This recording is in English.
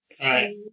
Right